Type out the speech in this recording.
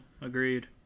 Agreed